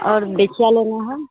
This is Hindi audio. और बिछिया लेना है